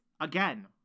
again